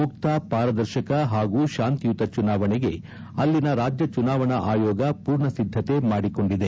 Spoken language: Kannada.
ಮುಕ್ತ ಪಾರದರ್ಶಕ ಹಾಗೂ ಹಾಂತಿಯುತ ಚುನಾವಣೆಗೆ ಅಲ್ಲಿನ ರಾಜ್ಯ ಚುನಾವಣಾ ಆಯೋಗ ಪೂರ್ಣ ಸಿದ್ದತೆ ಮಾಡಿಕೊಂಡಿದೆ